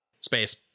Space